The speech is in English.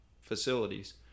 facilities